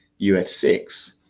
UF6